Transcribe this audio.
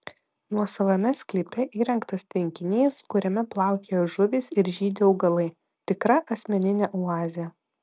nuosavame sklype įrengtas tvenkinys kuriame plaukioja žuvys ir žydi augalai tikra asmeninė oazė